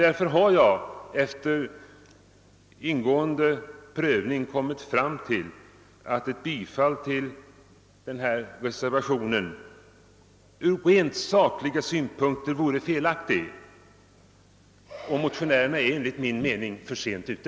Därför har jag efter ingående prövning kommit fram till att ett bifall till reservationen ur rent sakliga synpunkter vore felaktigt, och motionärerna är enligt min mening för sent ute.